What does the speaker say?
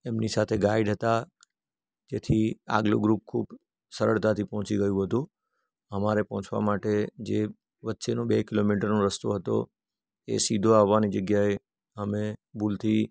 એમની સાથે ગાઈડ હતા તેથી આગલું ગ્રુપ ખૂબ સરળતાથી પહોંચી ગયું હતું અમારે પહોંચવા માટે જે વચ્ચેનો બે કિલોમીટરનો રસ્તો હતો એ સીધો આવવાની જગ્યાએ અમે ભૂલથી